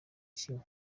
kimwe